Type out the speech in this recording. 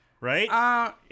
right